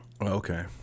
Okay